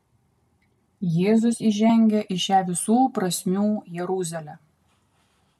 jėzus įžengia į šią visų prasmių jeruzalę